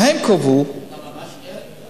והם קבעו, אתה ממש ער.